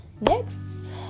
next